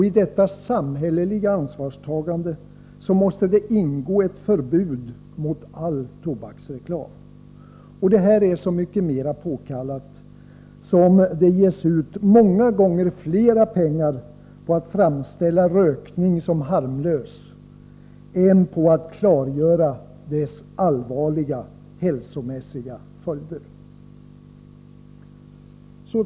I detta samhälleliga ansvarstagande måste ingå ett förbud mot all tobaksreklam. Detta är så mycket mer påkallat, som det ges ut många gånger fler pengar på att framställa rökning som harmlös än på att klargöra dess allvarliga hälsomässiga följder.